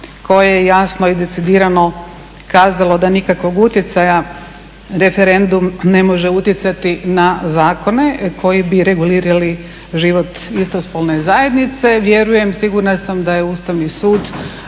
koje je jasno i decidirano kazalo da nikakvog utjecaja referendum ne može utjecati na zakone koji bi regulirali život istospolne zajednice, vjerujem, sigurna sam da je Ustavni sud